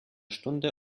stunde